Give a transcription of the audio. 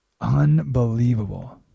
Unbelievable